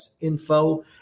info